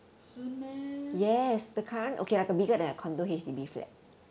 是 meh